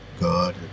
God